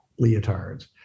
leotards